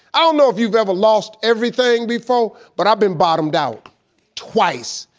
i don't know if you've ever lost everything before, but i been bottomed out twice.